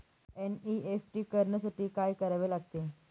NEFT करण्यासाठी काय करावे लागते?